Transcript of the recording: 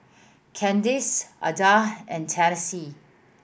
Candyce Adah and Tennessee